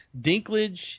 Dinklage